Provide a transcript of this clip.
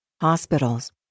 Hospitals